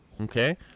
okay